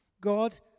God